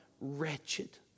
wretched